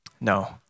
No